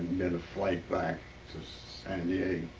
get a flight back to san diego.